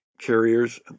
carriers